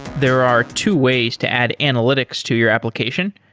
there are two ways to add analytics to your application,